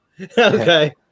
okay